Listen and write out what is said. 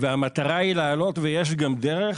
והמטרה היא להעלות ויש גם דרך.